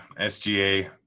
SGA